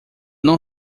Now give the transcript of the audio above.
não